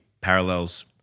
parallels